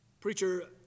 Preacher